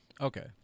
Okay